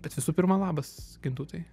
bet visų pirma labas gintautai